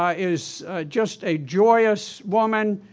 ah is just a joyous woman,